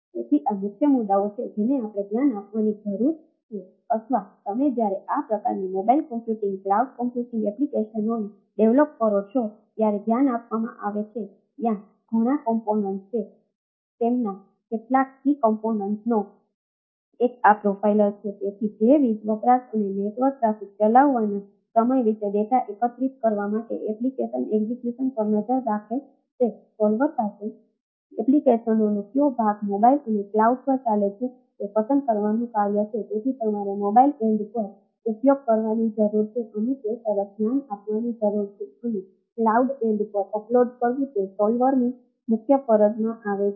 તેથી આ મુખ્ય મુદ્દાઓ છે જેને આપણે ધ્યાન આપવાની જરૂર છે અથવા તમે જ્યારે આ પ્રકારની મોબાઇલ કમ્પ્યુટિંગ કરવું તે સોલ્વરની મુખ્ય ફરજમા આવે છે